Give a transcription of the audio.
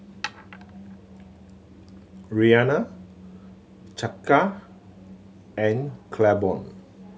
Rianna Chaka and Claiborne